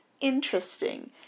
interesting